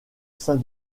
saint